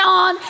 on